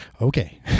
okay